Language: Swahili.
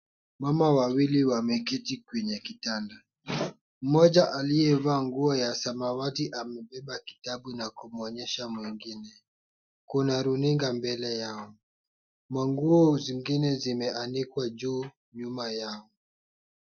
Mama wawili wameketi kwenye kitanda. Mmoja aliyevaa nguo ya samawati amebeba kitabu na kumwonyesha mwengine. Kuna runinga mbele yao. Nguo zingine zimeanikwa juu nyuma yao.